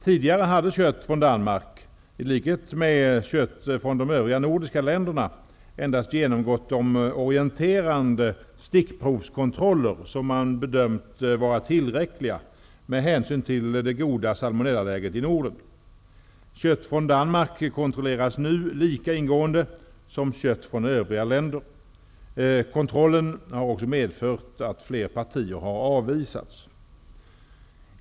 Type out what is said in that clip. Tidigare hade kött från Danmark i likhet med kött från de övriga nordiska länderna endast genomgått de orienterande stickprovskontroller som man bedömt vara tillräckliga med hänsyn till det goda salmonellaläget inom Norden. Kött från Danmark kontrolleras nu lika ingående som kött från övriga länder. Kontrollen har medfört att fler partier har avvisats.